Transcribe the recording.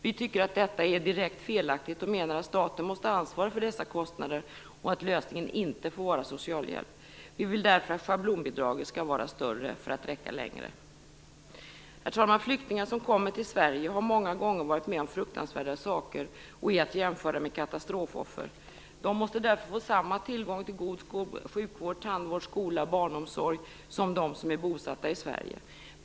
Vi tycker att detta är direkt felaktigt och menar att staten måste ha ansvaret för dessa kostnader och att lösningen inte får vara socialhjälp. Vi vill därför att schablonbidraget skall vara större för att räcka längre. Herr talman! Flyktingar som kommer till Sverige har många gånger varit med om fruktansvärda saker och är att jämföra med katastrofoffer. De måste därför få samma tillgång till god sjukvård, tandvård, skola och barnomsorg som de som är bosatta i Sverige.